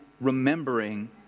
remembering